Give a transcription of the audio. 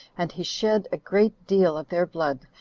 and he shed a great deal of their blood,